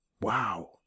wow